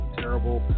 terrible